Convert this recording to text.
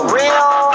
real